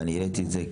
ואני העליתי את זה,